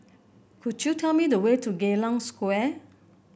could you tell me the way to Geylang Square